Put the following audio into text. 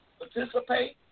participate